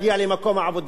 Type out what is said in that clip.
ואדם אחר ישלם